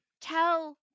tell